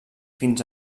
fins